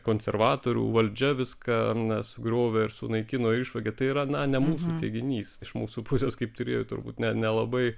konservatorių valdžia viską sugriovė ir sunaikino išvogė tai yra na ne mūsų teiginys iš mūsų pusės kaip turėjo turbūt ne nelabai